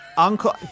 Uncle